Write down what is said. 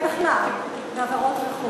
ובכלל בעבירות רכוש,